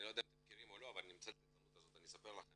אני לא יודע אם אתם מכירים או לא אבל אני אנצל את ההזדמנות לספר לכם.